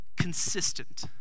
consistent